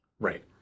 Right